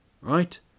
right